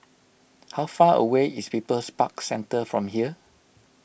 how far away is People's Park Centre from here